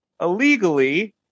illegally